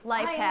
Life